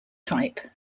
type